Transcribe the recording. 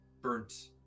burnt